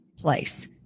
place